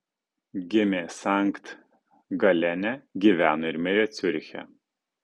gimė sankt galene gyveno ir mirė ciuriche